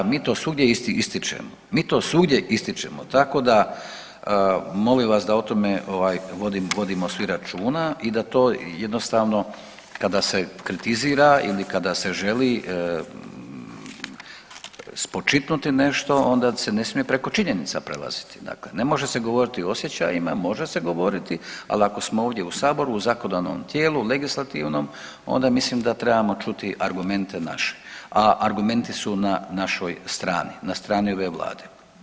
Mi to svugdje ističemo, mi to svugdje ističemo, tako da molim vas da o tome ovaj vodimo svi računa i da to jednostavno kada se kritizira ili kada se želi spočitnuti nešto onda se ne smije preko činjenica prelaziti, dakle ne može se govoriti o osjećajima, može se govoriti, al ako smo ovdje u saboru, u zakonodavnom tijelu legislativnom onda mislim da trebamo čuti argumente naše, a argumenti su na našoj strani, na strani ove vlade.